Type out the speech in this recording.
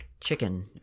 chicken